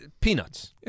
peanuts